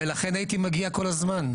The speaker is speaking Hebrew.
ולכן הייתי מגיע כל הזמן.